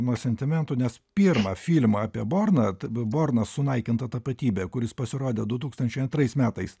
nuo sentimentų nes pirmą filmą apie borną borno sunaikinta tapatybė kuris pasirodė du tūkstančiai antrais metais